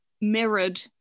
mirrored